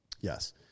Yes